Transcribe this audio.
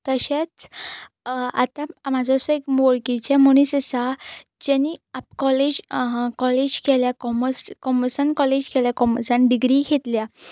तशेंच आतां म्हाजो असो एक वळखीचे मनीस आसा जेनी आप कॉलेज कॉलेज केल्या कॉमर्स कॉमर्सान कॉलेज केल्या कॉमर्सान डिग्रीय घेतल्या